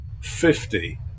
fifty